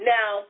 Now